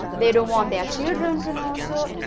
they don't want their children to know so.